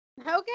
Okay